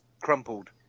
crumpled